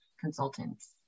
consultants